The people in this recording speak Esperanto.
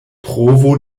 provo